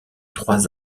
trois